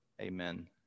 Amen